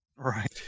Right